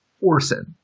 Orson